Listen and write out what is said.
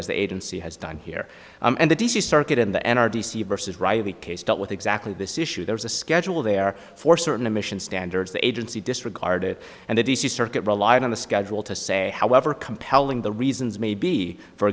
it as the agency has done here and the d c circuit in the n r d c versus riley case dealt with exactly this issue there was a schedule there for certain emission standards agency disregarded and the d c circuit relied on the schedule to say however compelling the reasons may be for